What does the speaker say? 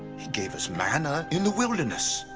gave us manna in the wilderness.